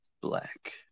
Black